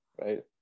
right